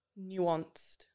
nuanced